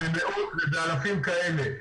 -- במאות ובאלפים כאלה.